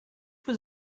was